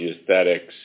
aesthetics